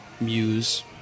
muse